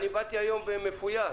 אני באתי היום מפויס.